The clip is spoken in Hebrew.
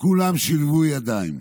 כולם שילבו ידיים,